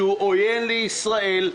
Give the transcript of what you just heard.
שהוא עוין לישראל,